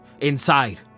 inside